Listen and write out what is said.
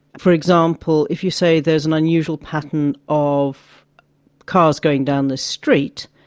for example, if you say there is an unusual pattern of cars going down this street,